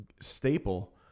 staple